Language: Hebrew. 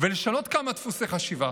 ולשנות כמה דפוסי חשיבה.